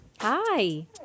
Hi